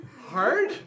Hard